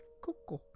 Cuckoo